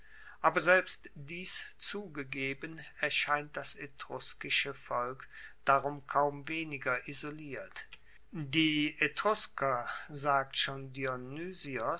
aber selbst dies zugegeben erscheint das etruskische volk darum kaum weniger isoliert die etrusker sagt schon